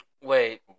Wait